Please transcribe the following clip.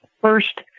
first